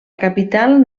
capital